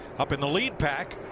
up in the lead pack,